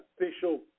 official